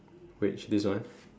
which this one